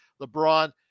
LeBron